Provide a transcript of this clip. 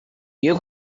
you